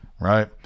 right